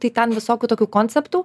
tai ten visokių tokių konceptų